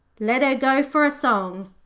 let her go for a song